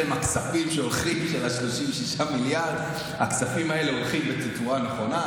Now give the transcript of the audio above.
אצלכם הכספים של ה-36 מיליארד הולכים בתצורה נכונה,